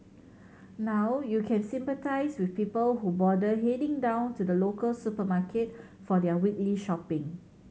now you can sympathise with people who bother heading down to the local supermarket for their weekly shopping